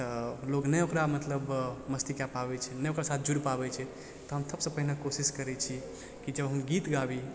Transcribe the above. तऽ लोग नहि ओकरा मतलब मस्ती कए पाबय छै ने ओकर साथ जुड़ि पाबय छै तऽ हम सबसँ पहिने कोशिश करय छी कि जब हम गीत गाबी